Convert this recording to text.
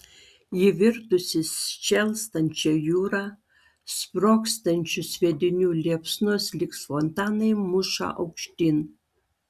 ji virtusi šėlstančia jūra sprogstančių sviedinių liepsnos lyg fontanai muša aukštyn